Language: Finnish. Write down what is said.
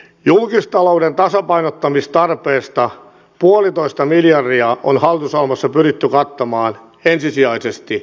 julkistalouden tasapainottamistarpeesta puolitoista miljardia on hallitusohjelmassa pyritty kattamaan ensisijaisesti yhteiskuntasopimuksella